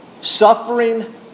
Suffering